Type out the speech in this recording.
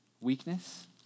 weakness